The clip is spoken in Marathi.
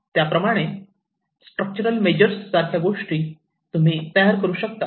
याप्रमाणे स्ट्रक्चरल मेजर्स सारख्या बर्याच गोष्टी तुम्ही तयार करू शकता